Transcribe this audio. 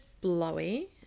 blowy